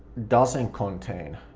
doesn't contain,